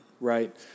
right